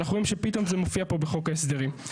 ואנחנו רואים שפתאום זה מופיע פה בחוק ההסדרים.